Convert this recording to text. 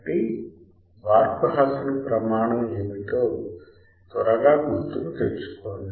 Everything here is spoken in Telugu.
కాబట్టి బార్క్ హాసన్ ప్రమాణం ఏమిటో త్వరగా గుర్తుకు తెచ్చుకోండి